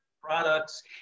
products